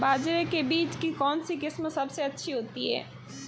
बाजरे के बीज की कौनसी किस्म सबसे अच्छी होती है?